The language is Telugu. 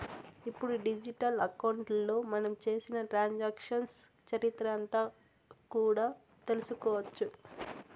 ఇప్పుడు డిజిటల్ అకౌంట్లో మనం చేసిన ట్రాన్సాక్షన్స్ చరిత్ర అంతా కూడా తెలుసుకోవచ్చు